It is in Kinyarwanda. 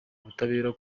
ubutabera